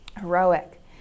heroic